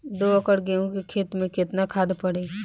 दो एकड़ गेहूँ के खेत मे केतना खाद पड़ी?